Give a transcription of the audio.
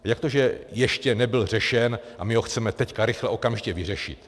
Jak to, že ještě nebyl řešen a my ho chceme teď rychle, okamžitě vyřešit?